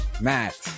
Matt